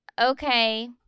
okay